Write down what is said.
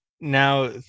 now